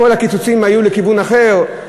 כל הקיצוצים היו לכיוון אחר.